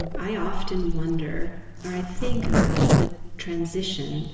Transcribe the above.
ah i often wonder or i think about the transition